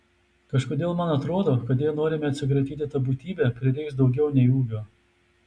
kažkodėl man atrodo kad jei norime atsikratyti ta būtybe prireiks daugiau nei ūgio